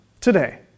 today